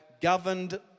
governed